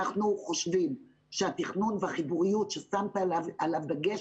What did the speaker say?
אנחנו חושבים שהתכנון והחיבוריות ששמת עליו דגש